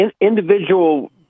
Individual